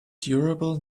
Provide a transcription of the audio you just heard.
durable